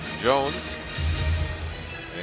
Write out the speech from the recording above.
Jones